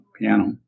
piano